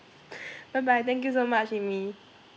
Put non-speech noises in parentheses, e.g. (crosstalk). (breath) bye bye thank you so much amy